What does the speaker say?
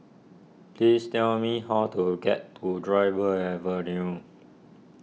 please tell me how to get to Dryburgh Avenue